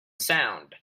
sound